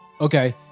Okay